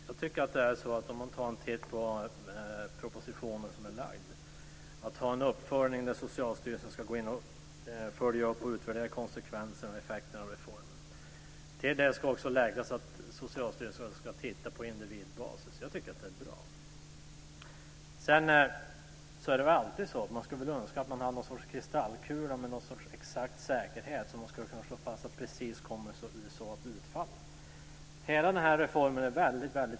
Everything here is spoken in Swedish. Fru talman! Om man tar en titt på den framlagda propositionen kan man se att Socialstyrelsen ska följa upp och utvärdera konsekvenserna och effekterna av reformen. Till det ska också läggas att Socialstyrelsen ska titta på individbasis. Jag tycker att det är bra. Sedan är det väl alltid så att man skulle önska att man hade en kristallkula med någon sorts exakt säkerhet så att man skulle kunna slå fast att precis så här kommer det att utfalla. Hela den här reformen är väldigt svår.